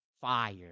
Fire